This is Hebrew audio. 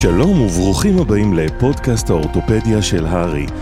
שלום וברוכים הבאים לפודקאסט האורתופדיה של הר״י.